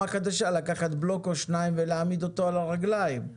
חדשה לקחת בלוק או שניים ולהעמיד אותו על הרגליים.